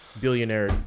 billionaire